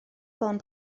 ffôn